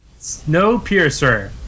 Snowpiercer